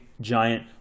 giant